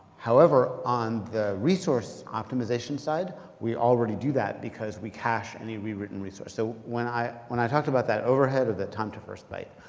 however, on the resource optimization side, we already do that. because we cache any rewritten resource. so when i when i talked about that overhead or that time to first byte,